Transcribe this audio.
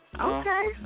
Okay